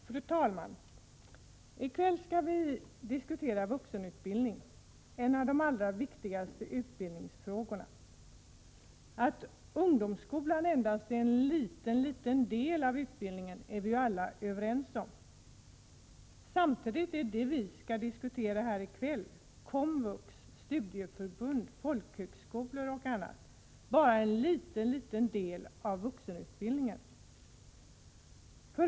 Fru talman! I kväll skall vi diskutera vuxenutbildning — en av de allra viktigaste utbildningsfrågorna. Att ungdomsskolan endast är en liten del av utbildningen är vi alla överens om. Samtidigt är det vi skall diskutera här i kväll— komvux, studieförbund, folkhögskolor och annat — bara en liten del av vuxenutbildningen.